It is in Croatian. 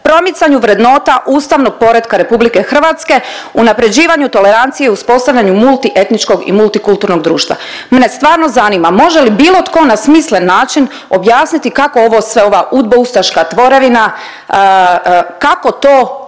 promicanju vrednota ustavnog poretka RH, unapređivanju tolerancije i uspostavljanju multietničkog i multikulturnog društva. Mene stvarno zanima može li bilo tko na smislen način objasniti kako ovo sve, ova udbo ustaška tvorevina, kako to